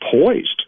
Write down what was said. poised